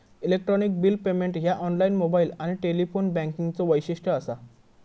electronic bill payment ह्या online, mobile आणि telephone बँकिंगचो वैशिष्ट्य असा